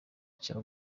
cya